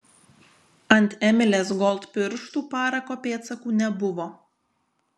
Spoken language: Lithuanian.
ant emilės gold pirštų parako pėdsakų nebuvo